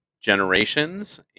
Generations